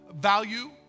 value